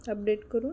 update करून